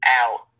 out